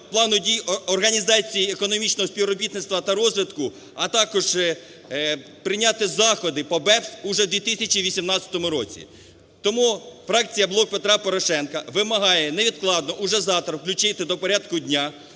плану дій Організації економічного співробітництва та розвитку, а також прийняти заходи по BEPS уже в 2018 році. Тому фракція "Блок Петра Порошенка" вимагає невідкладно, уже завтра, включити до порядку дня